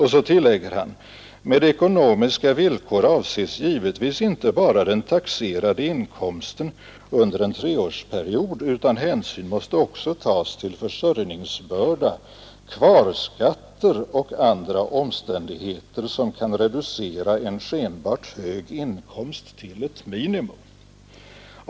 Han tillägger: Med ekonomiska villkor avses givetvis inte bara den taxerade inkomsten under en treårsperiod, utan hänsyn måste också tas till försörjningsbörda, kvarskatter och andra omständigheter som kan reducera en skenbart hög inkomst till ett minimum.